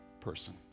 person